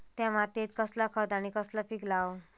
त्या मात्येत कसला खत आणि कसला पीक लाव?